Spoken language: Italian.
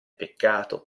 peccato